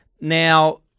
now